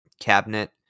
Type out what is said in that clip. cabinet